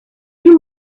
you